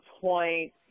point